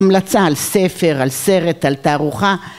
ה‫מלצה על ספר, על סרט, על תערוכה.